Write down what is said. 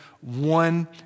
one